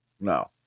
No